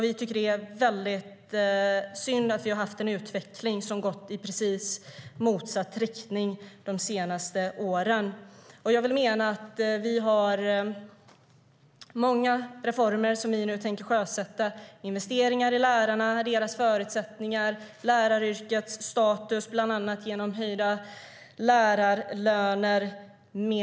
Vi tycker att det är väldigt synd att vi de senaste åren har haft en utveckling som gått i precis motsatt riktning. Vi har många reformer som vi nu tänker sjösätta. Det gäller till exempel investeringar i lärarnas förutsättningar och läraryrkets status, bland annat genom höjda lärarlöner.